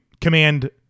command